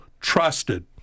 trusted